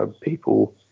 people